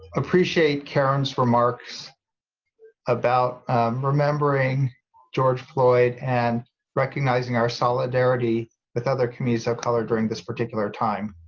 appreciate karen's remarks about remembering george floyd and recognizing our solidarity with other communities of color during this particular time.